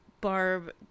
barb